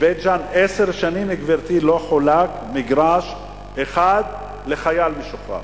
בבית-ג'ן עשר שנים לא חולק מגרש אחד לחייל משוחרר.